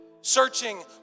searching